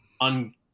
on